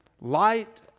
light